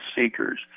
seekers